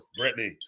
Britney